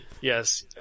Yes